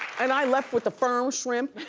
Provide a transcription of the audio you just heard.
and i left with the firm shrimp.